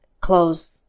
close